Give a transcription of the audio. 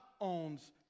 owns